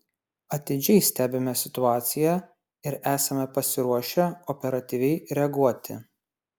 atidžiai stebime situaciją ir esame pasiruošę operatyviai reaguoti